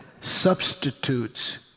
substitutes